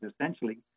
essentially